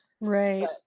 Right